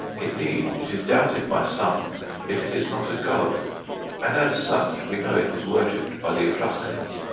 indeed, it is doubted by some if it is not a god and as such we know it was worshiped by the etruscans,